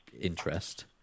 interest